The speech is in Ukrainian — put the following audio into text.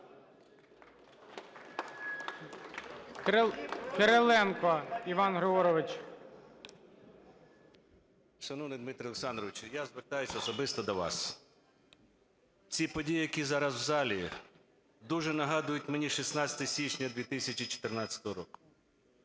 КИРИЛЕНКО І.Г. Шановний Дмитре Олександровичу! Я звертаюся особисто до вас. Ці події, які зараз у залі, дуже нагадують мені 16 січня 2014 року.